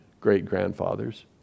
great-grandfathers